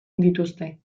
dituzte